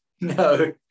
No